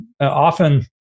Often